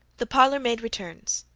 the parlor-maid returns,